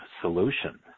solution